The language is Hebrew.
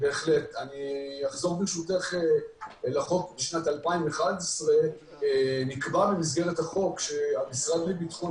אני אחזור ברשותך לחוק משנת 2011. נקבע במסגרת החוק שהמשרד לביטחון